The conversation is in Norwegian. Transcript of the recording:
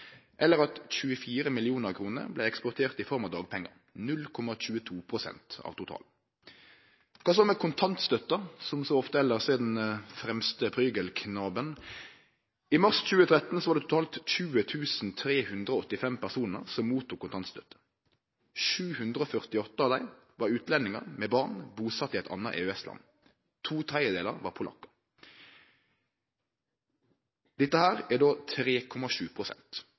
eller at 24 mill. kr vart eksporterte i form av dagpengar – 0,22 pst. av totalen. Kva så med kontantstøtta, som så ofte elles er den fremste prygelknaben? I mars 2013 var det totalt 20 385 personar som fekk kontantstøtte. 748 av dei var utlendingar med barn busett i eit anna EØS-land. To tredjedelar var polakkar. Dette er då